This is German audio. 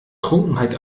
trunkenheit